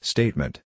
Statement